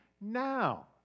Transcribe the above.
now